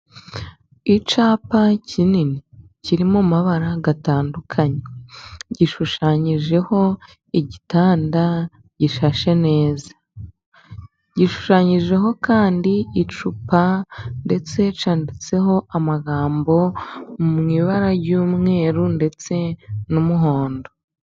Icyapa kinini kiri mu mabara atandukanye， gishushanyijeho. igitanda gishashe neza， gishushanyijeho， kandi icupa ndetse cyanditseho amagambo， mu ibara ry'umweru ndetse n'umuhondo.